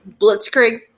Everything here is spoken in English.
Blitzkrieg